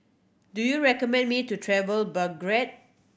do you recommend me to travel Belgrade